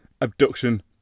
Abduction